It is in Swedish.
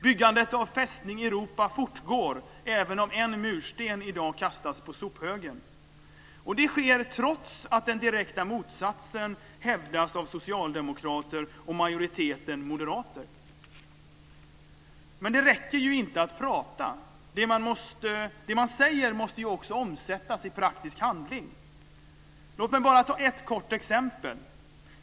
Byggandet av Fästning Europa fortgår, även om en mursten i dag kastas på sophögen. Och det sker trots att den direkta motsatsen hävdas av socialdemokrater och majoriteten moderater. Men det räcker inte med att prata - det man säger måste också omsättas i praktisk handling. Låt mig bara ta ett kort exempel.